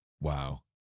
Wow